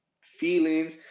feelings